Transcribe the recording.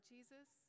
Jesus